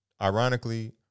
Ironically